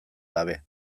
gabe